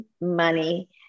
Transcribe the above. money